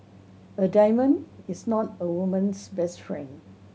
a diamond is not a woman's best friend